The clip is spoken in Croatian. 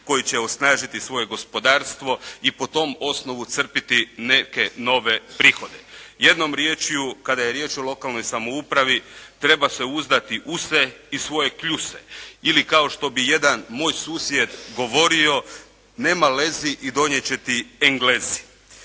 Koji će osnažiti svoje gospodarstvo i po tom osnovu crpiti neke nove prihode. Jednom riječju kada je riječ o lokalnoj samoupravi treba se uzdati u se i u svoje kljuse. Ili kao što bi jedan moj susjed govorio: «Nema lezi i donijet će ti Englezi.»